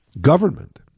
government